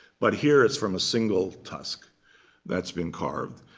but here it's from a single tusk that's been carved.